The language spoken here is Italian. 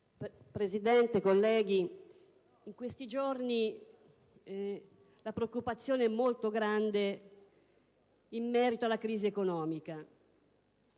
Presidente, colleghi, in questi giorni la preoccupazione è molto grande in merito alla crisi economica.